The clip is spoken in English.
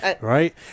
right